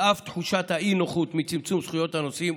על אף תחושת האי-נוחות מצמצום זכויות הנוסעים,